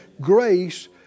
Grace